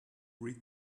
read